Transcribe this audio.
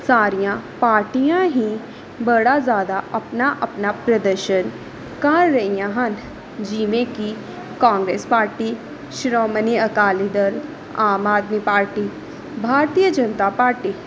ਸਾਰੀਆਂ ਪਾਰਟੀਆਂ ਹੀ ਬੜਾ ਜ਼ਿਆਦਾ ਆਪਣਾ ਆਪਣਾ ਪ੍ਰਦਰਸ਼ਨ ਕਰ ਰਹੀਆਂ ਹਨ ਜਿਵੇਂ ਕਿ Congress party Shiromani Akali Dal Aam Aadmi party Bharatiya Janata party